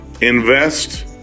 invest